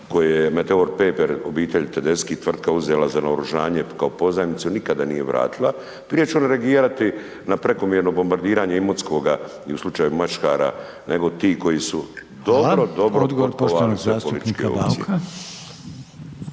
koje Meteor Paper obitelj Tedeschi tvrtka uzela za naoružanje kao pozajmicu, nikada nije vratila. Prije će reagirati na prekomjerno bombardiranje Imotskoga i u slučaju maškara nego ti koji su .../Upadica Reiner: